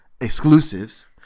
Exclusives